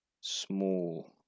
small